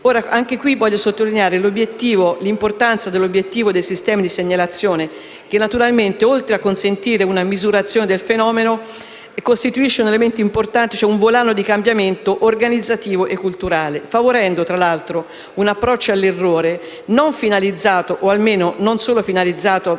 Anche qui voglio sottolineare l'importanza dell'obiettivo dei sistemi di segnalazione, che naturalmente, oltre a consentire una misurazione del fenomeno, costituiscono un elemento importante, cioè un volano di cambiamento organizzativo e culturale, favorendo tra l'altro un approccio all'errore non finalizzato o almeno non solo finalizzato